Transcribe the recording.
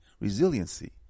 resiliency